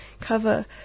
cover